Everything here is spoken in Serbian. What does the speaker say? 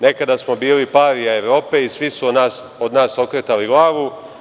Nekada smo bili parija Evrope i svi su od nas okretali glavu.